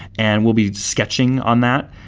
and we'll be sketching on that.